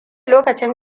lokacin